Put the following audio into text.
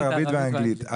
ואנגלית.